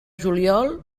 juliol